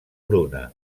bruna